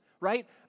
Right